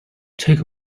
take